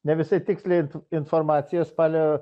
ne visai tiksliai informacija spalio